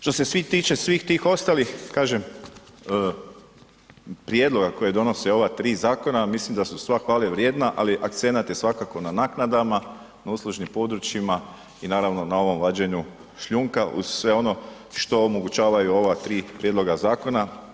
Što se tiče svih tih ostalih, kažem prijedloge koje donose ova tri zakona, mislim da su sva hvale vrijedna ali akcenat je svakako na naknadama, na uslužnim područjima i naravno na ovom vađenju šljunka uz sve ono što omogućavaju ova tri prijedloga zakona.